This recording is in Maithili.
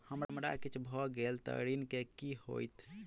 हमरा किछ भऽ गेल तऽ ऋण केँ की होइत?